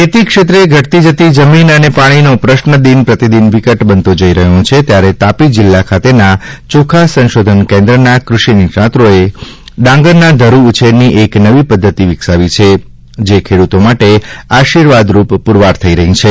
ખેતી ક્ષેત્રે ઘટતી જતી જમીન અને પાણીનો પ્રશ્ન દિન પ્રતિદિન વિકટ બનતો જઈ રહ્યો હોય ત્યારે તાપી જિલ્લા ખાતેના ચોખા સંશોધન કેન્દ્રના ક્રષિ નિષ્ણાતોએ ડાંગરના ધરૂ ઉછેરની એક નવી પદ્ધતિ વિકસાવી છે જે ખેડૂતો માટે આશીર્વાદરૂપ પુરવાર થઇ રહી છે